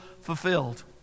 fulfilled